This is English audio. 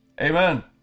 Amen